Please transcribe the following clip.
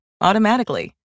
automatically